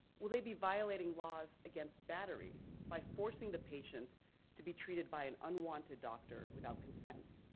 will they be violating laws against battery by forcing the patient to be treated by an unwanted doctor without consent?